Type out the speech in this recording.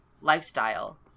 lifestyle